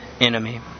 enemy